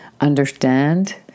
understand